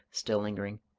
still lingering,